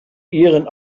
ihren